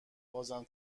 بازم